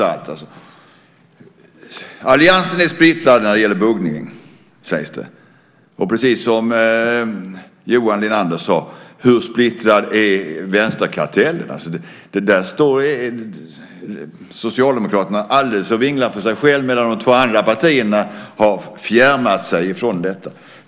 Alliansen är splittrad när det gäller buggning, sägs det. Som Johan Linander sade: Hur splittrad är vänsterkartellen? Socialdemokraterna vinglar för sig själva medan de två andra partierna har fjärmat sig från detta.